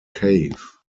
cave